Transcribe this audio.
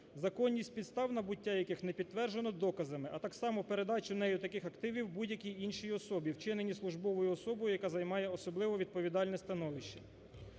законність підстав набуття яких не підтверджено доказами, а так само передачу нею таких активів будь-якій іншій особі, вчинені службовою особою, яка займає особливо відповідальне становище.